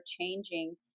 changing